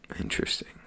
Interesting